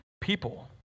people